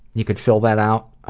you could fill that out. ah